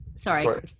Sorry